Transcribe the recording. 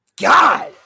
god